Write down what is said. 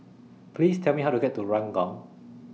Please Tell Me How to get to Ranggung